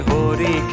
Hori